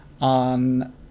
on